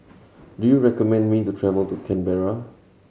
do you recommend me the travel to Canberra